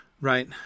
right